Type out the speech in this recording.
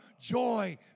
joy